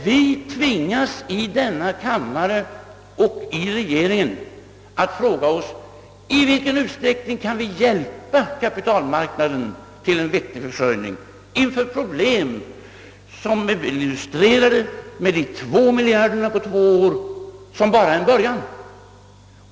Vi har tvingats i denna kammare och i regeringen att fråga oss: I vilken utsträckning kan vi hjälpa kapitalmarknaden till en vettig försörjning inför problem som är illustrerade med de två miljardernas ökning på två år — vilket är bara början.